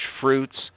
fruits